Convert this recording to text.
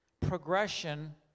progression